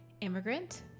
immigrant